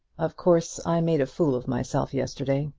of course i made a fool of myself yesterday.